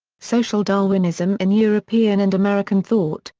social darwinism in european and american thought,